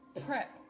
prep